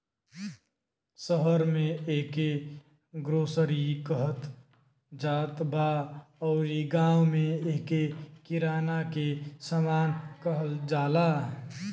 शहर में एके ग्रोसरी कहत जात बा अउरी गांव में एके किराना के सामान कहल जाला